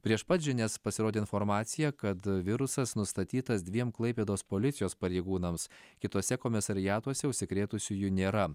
prieš pat žinias pasirodė informacija kad virusas nustatytas dviem klaipėdos policijos pareigūnams kituose komisariatuose užsikrėtusiųjų nėra